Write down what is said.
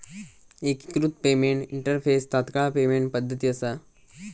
एकिकृत payment interface तात्काळ payment पद्धती असा